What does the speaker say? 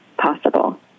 possible